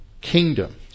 kingdom